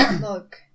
look